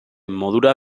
modura